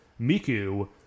Miku